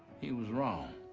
he was wrong,